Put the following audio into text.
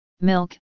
milk